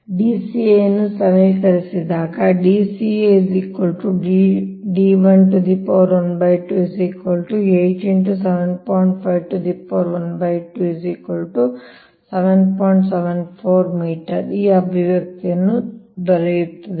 Dca ನ್ನು ಸಮೀಕರಿಸಿದಾಗ ಈ ಅಭಿವ್ಯಕ್ತಿ ದೊರೆಯುತ್ತದೆ